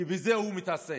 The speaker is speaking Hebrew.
כי בזה הוא מתעסק.